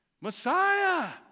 Messiah